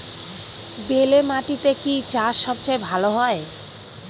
বেলে মাটিতে কি চাষ সবচেয়ে ভালো হয়?